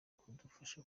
kudufasha